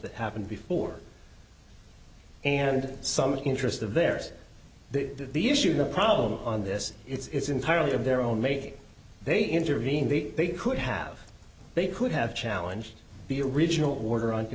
that happened before and some interest of there's the issue the problem on this it's entirely of their own making they intervened the they could have they could have challenged the original quarter on